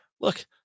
Look